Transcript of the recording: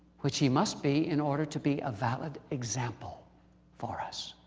which he must be in order to be a valid example for us.